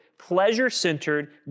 pleasure-centered